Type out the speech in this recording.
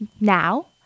Now